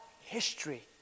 history